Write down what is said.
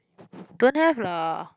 don't have lah